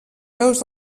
peus